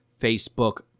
Facebook